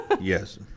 Yes